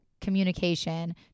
communication